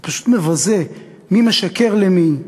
זה פשוט מבזה, מי משקר למי,